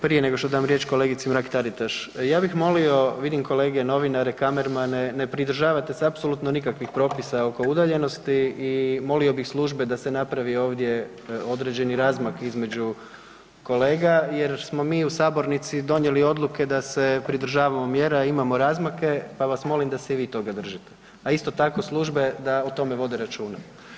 Prije nego što dam riječ kolegici Mrak Taritaš, ja bih molio vidim kolege novinare, kamermane, ne pridržavate se apsolutno nikakvih propisa oko udaljenosti i molio bih službe da se napravi ovdje određeni razmak između kolega jer smo mi u sabornici donijeli odluke da se pridržavamo mjera, a imamo razmake, pa vas molim da se i vi toga držite, a isto tako službe da o tome vode računa.